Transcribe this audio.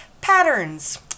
patterns